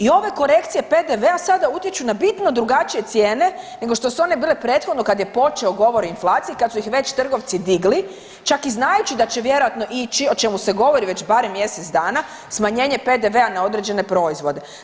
I ove korekcije PDV-a sada utječu na bitno drugačije cijene koje su bile prethodno kada je počeo govor o inflaciji, kad su ih već trgovci digli čak i znajući da će vjerojatno ići o čemu se govori već barem mjesec dana smanjenje PDV-a na određene proizvode.